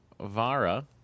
Vara